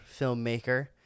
filmmaker